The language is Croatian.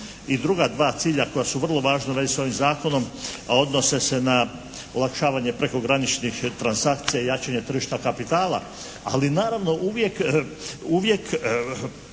i druga dva cilja koja su vrlo važna u vezi s ovim zakonom, a odnose se na olakšavanje prekograničnih transakcija i jačanje tržišta kapitala, ali naravno uvijek